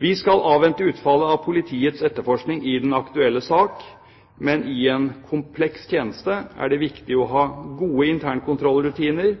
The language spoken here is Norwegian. Vi skal avvente utfallet av politiets etterforskning i den aktuelle sak. Men i en kompleks tjeneste er det viktig å ha gode internkontrollrutiner,